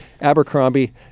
Abercrombie